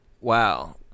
Wow